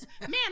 Man